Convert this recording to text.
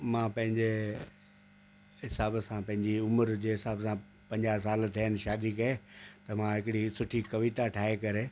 मां पंहिंजे हिसाब सां पंहिंजी उमिरि जे हिसाब सां पंजाहु साल थिया आहिनि शादी खे त मां हिकिड़ी सुठी कविता ठाहे करे